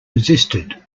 resisted